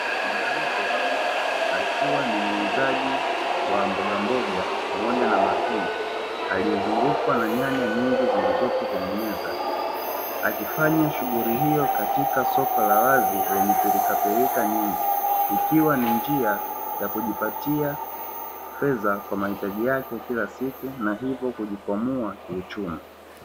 Mwanamke akiwa ni muuzaji wa mbogamboga pamoja na matunda akifanya shughuli hyo ili kujipatia fedha na kujikwamua kiuchumi